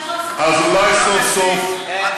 אז אולי סוף-סוף ירד לכם האסימון,